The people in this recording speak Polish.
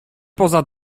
poza